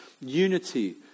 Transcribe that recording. unity